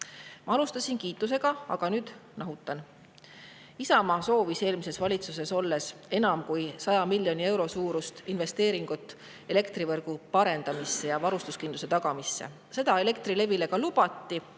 Ma alustasin kiitusega, aga nüüd nahutan. Isamaa soovis eelmises valitsuses olles enam kui 100 miljoni euro suurust investeeringut elektrivõrgu parendamisse ja varustuskindluse tagamisse. Seda Elektrilevile ka lubati.